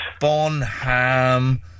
Bonham